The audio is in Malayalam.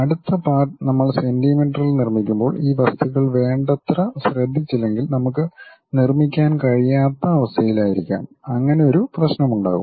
അടുത്ത പാർട്ട് നമ്മൾ സെന്റിമീറ്ററിൽ നിർമ്മിക്കുമ്പോൾ ഈ വസ്തുക്കൾ വേണ്ടത്ര ശ്രദ്ധിച്ചില്ലെങ്കിൽ നമുക്ക് നിർമ്മിക്കാൻ കഴിയാത്ത അവസ്ഥയിലായിരിക്കാം അങ്ങനെ ഒരു പ്രശ്നമുണ്ടാകും